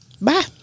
Bye